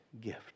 gift